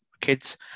kids